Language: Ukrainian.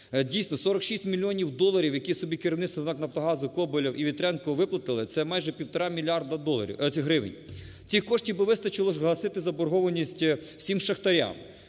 Дійсно, 46 мільйонів доларів, які собі керівництво НАК "Нафтогазу"Коболєв і Вітренко виплатили – це майже півтора мільярда гривень. Цих коштів вистачило б, щоб згасити заборгованість всім шахтарям.